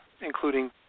including